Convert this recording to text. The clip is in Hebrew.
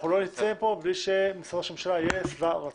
לא נצא מכאן בלי שמשרד ראש הממשלה יהיה שבע רצון.